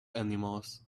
animals